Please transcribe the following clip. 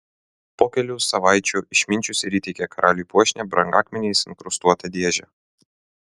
po kelių savaičių išminčius ir įteikė karaliui puošnią brangakmeniais inkrustuotą dėžę